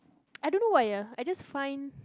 I don't know why ah I just find